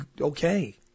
okay